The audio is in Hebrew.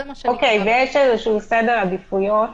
אוקיי, ויש איזשהו סדר עדיפויות